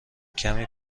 کمی